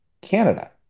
Canada